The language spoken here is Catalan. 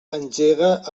engega